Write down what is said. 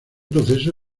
proceso